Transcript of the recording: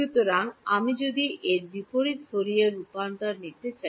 সুতরাং আমি যদি এর বিপরীত ফুরিয়ার রূপান্তর নিতে চাই